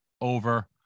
over